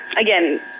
Again